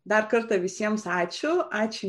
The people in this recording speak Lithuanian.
dar kartą visiems ačiū ačiū